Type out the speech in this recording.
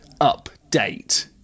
Update